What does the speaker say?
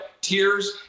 tears